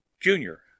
Junior